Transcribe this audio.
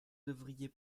devriez